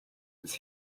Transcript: his